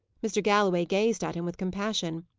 mr. galloway gazed at him with compassion.